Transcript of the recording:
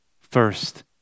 first